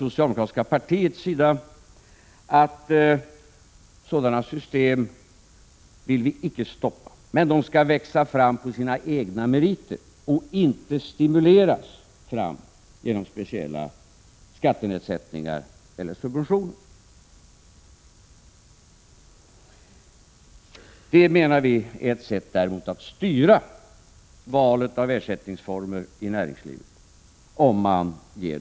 socialdemokratiska partiets sida framgår att vi icke vill stoppa sådana system, angela men att de skall växa fram på sina egna meriter och inte stimuleras genom speciella skattenedsättningar eller subventioner. Om man ger dem speciella favörer är det ett sätt att styra valet av ersättningsformer i näringslivet.